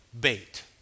bait